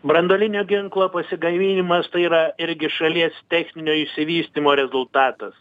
branduolinio ginklo pasigaminimas yra irgi šalies techninio išsivystymo rezultatas